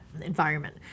environment